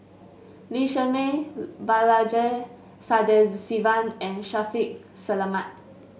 Lee Shermay Balaji Sadasivan and Shaffiq Selamat